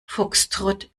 foxtrott